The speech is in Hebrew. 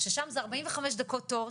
ששם זה 45 דקות תור,